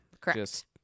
Correct